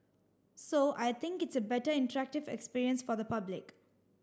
so I think it's a better interactive experience for the public